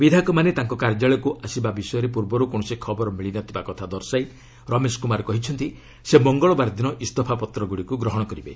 ବିଧାୟକମାନେ ତାଙ୍କ କାର୍ଯ୍ୟାଳୟକୁ ଆସିବା ବିଷୟରେ ପୂର୍ବରୁ କୌଣସି ଖବର ମିଳିନଥିବା କଥା ଦର୍ଶାଇ ରମେଶ କୁମାର କହିଛନ୍ତି ସେ ମଙ୍ଗଳବାର ଦିନ ଇସ୍ତଫାପତ୍ରଗୁଡ଼ିକୁ ଗ୍ରହଣ କରିବେ